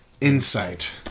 Insight